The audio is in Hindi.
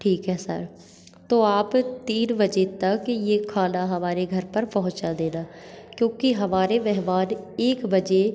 ठीक है सर तो आप तीन बजे तक यह खाना हमारे घर पर पहुँचा देना क्योंकि हमारे मेहमान एक बजे